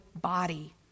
body